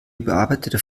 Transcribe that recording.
überarbeitete